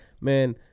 man